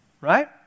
Right